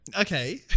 Okay